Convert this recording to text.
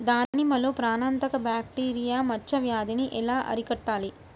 దానిమ్మలో ప్రాణాంతక బ్యాక్టీరియా మచ్చ వ్యాధినీ ఎలా అరికట్టాలి?